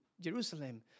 Jerusalem